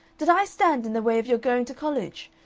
did i stand in the way of your going to college?